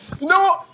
no